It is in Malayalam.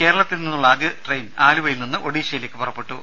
കേരളത്തിൽ നിന്നുള്ള ആദ്യ ട്രെയിൻ ആലുവയിൽ നിന്ന് ഒഡീഷയിലേക്ക് പുറപ്പെട്ടു